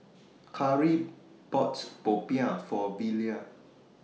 Kari bought Popiah For Velia